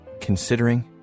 considering